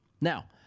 Now